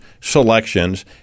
selections